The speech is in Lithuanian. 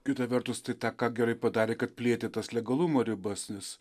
kita vertus tai tą ką gerai padarė kad plėtė tas legalumo ribas nes